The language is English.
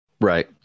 right